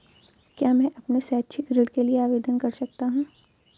क्या मैं अपने शैक्षिक ऋण के लिए आवेदन कर सकता हूँ?